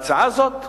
להצעה הזאת,